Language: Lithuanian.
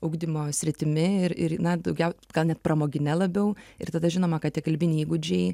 ugdymo sritimi ir ir na daugiau gal net pramogine labiau ir tada žinoma kad tie kalbiniai įgūdžiai